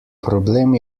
problem